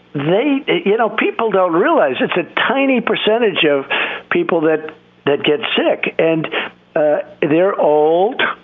they they you know, people don't realize it's a tiny percentage of people that that get sick and they're old.